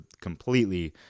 completely